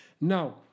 Now